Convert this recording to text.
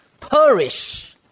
Perish